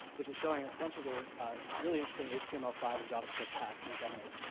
which is showing a bunch of the really interesting h t m l five and javascript hacks and demos,